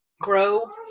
Grow